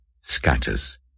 scatters